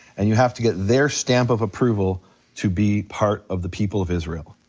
and you have to get their stamp of approval to be part of the people of israel.